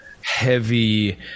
heavy